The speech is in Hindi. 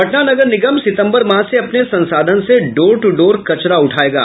पटना नगर निगम सितंबर माह से अपने संसाधन से डोर दू डोर कचरा उठायेगा